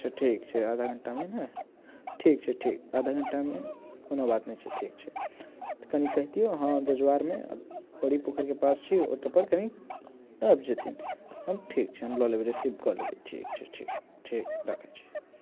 अच्छा ठीक छै आधा घंटामे नहि ठीक छै ठीक आधा घंटामे कोनो बात नहि छै ठीक छै तऽ कनि कहि दिओ अहाँ जजुआरमे बड़ी पोखरिके पास छी ओतऽ पर कनि आबि जयथिन हम ठीक छै हम लऽ लेबै रिसीव कऽ लेब ठीक छै ठीक ठीक राखैत छी